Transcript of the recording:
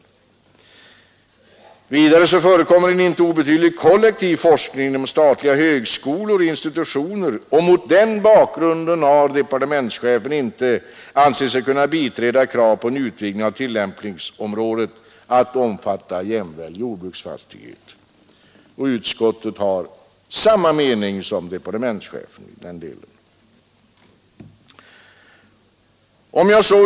Drag 2 & be Se Vidare förekommer en inte obetydlig kollektiv forskning inom statliga prog för ö in högskolor och institutioner. Mot den bakgrunden har departementschefen inte ansett sig kunna biträda krav på en utvidgning av tillämpningsområdet att omfatta jämväl jordfastighet. Utskottet har samma mening som departementschefen.